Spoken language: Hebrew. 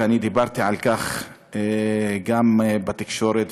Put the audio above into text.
ואני דיברתי על כך גם בתקשורת,